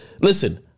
listen